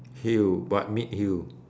heel but mid heel